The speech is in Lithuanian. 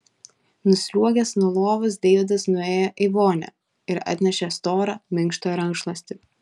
nusliuogęs nuo lovos deividas nuėjo į vonią ir atnešė storą minkštą rankšluostį